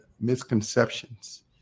misconceptions